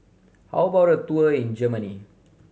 how about a tour in Germany